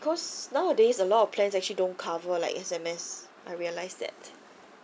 because nowadays a lot of plans actually don't cover like S_M_S I realise that